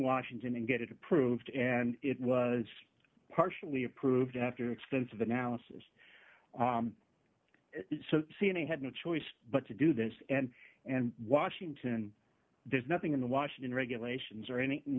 washington and get it approved and it was partially approved after extensive analysis so c n a had no choice but to do this and and washington there's nothing in the washington regulations or any